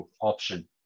option